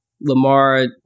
Lamar